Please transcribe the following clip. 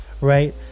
right